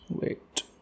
wait